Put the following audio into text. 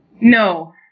No